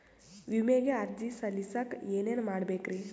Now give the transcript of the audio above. ವಿಮೆಗೆ ಅರ್ಜಿ ಸಲ್ಲಿಸಕ ಏನೇನ್ ಮಾಡ್ಬೇಕ್ರಿ?